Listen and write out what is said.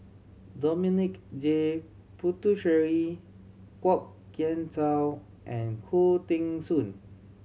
Dominic J Puthucheary Kwok Kian Chow and Khoo Teng Soon